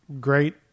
great